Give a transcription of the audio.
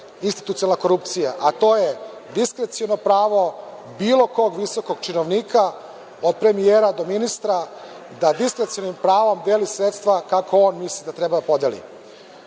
institucijalna korupcija, a to je diskreciono pravo bilo kog visokog činovnika, od premijera do ministra, da diskrecionim pravom deli sredstva kome misli da podeli.